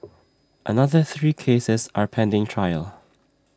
another three cases are pending trial